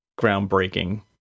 groundbreaking